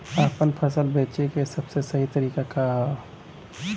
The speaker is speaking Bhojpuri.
आपन फसल बेचे क सबसे सही तरीका का ह?